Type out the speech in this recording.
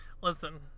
Listen